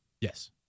Yes